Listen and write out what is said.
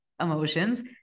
emotions